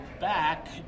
back